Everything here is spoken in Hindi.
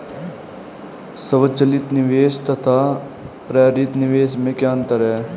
स्वचालित निवेश तथा प्रेरित निवेश में क्या अंतर है?